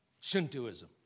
Shintoism